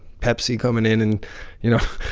pepsi coming in and you know,